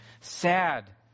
Sad